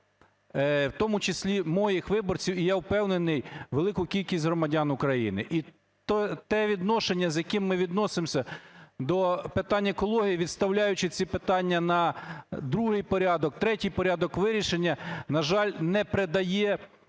в тому числі моїх виборців і, я впевнений, велику кількість громадян України. І те відношення, з яким ми відносимося до питання екології, відставляючи ці питання на другий порядок, третій порядок вирішення, на жаль, не придає